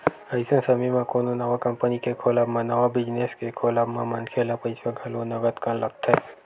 अइसन समे म कोनो नवा कंपनी के खोलब म नवा बिजनेस के खोलब म मनखे ल पइसा घलो नंगत कन लगथे